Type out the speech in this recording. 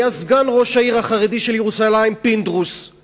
היה סגן ראש העיר החרדי של ירושלים פינדרוס,